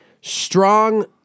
Strong